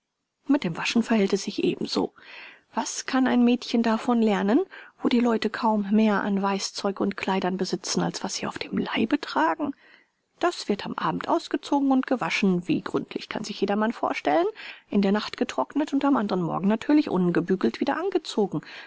mit dem waschen verhält es sich ebenso was kann ein mädchen davon lernen wo die leute kaum mehr an weißzeug und kleidern besitzen als was sie auf dem leibe tragen das wird am abend ausgezogen und gewaschen wie gründlich kann sich jedermann vorstellen in der nacht getrocknet und am andern morgen natürlich ungebügelt wieder angezogen